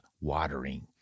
watering